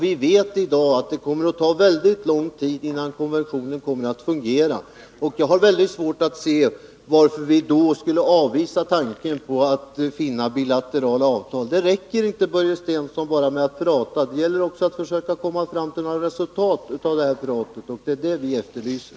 Vi vet i dag att det kommer att ta väldigt lång tid innan konventionen fungerar, och jag har väldigt svårt att förstå varför vi då skulle avvisa tanken på att få till stånd bilaterala avtal. Det räcker inte, Börje Stensson, med att prata. Det gäller också att försöka komma fram till några resultat av det här pratet, och det är detta vi efterlyser.